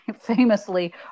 famously